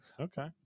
okay